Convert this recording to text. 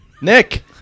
Nick